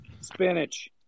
Spinach